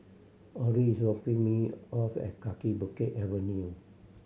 Autry is dropping me off at Kaki Bukit Avenue